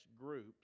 groups